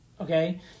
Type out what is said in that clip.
Okay